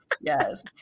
Yes